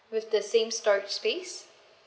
with the same storage space